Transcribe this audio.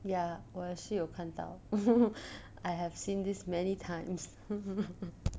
ya 我也是有看到 I have seen this many times